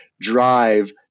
drive